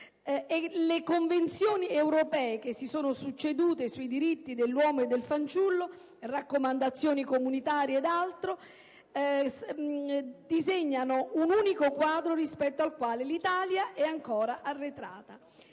Le convenzioni europee che si sono succedute sui diritti dell'uomo e del fanciullo, raccomandazioni comunitarie ed altro, disegnano un unico quadro rispetto al quale l'Italia è ancora arretrata.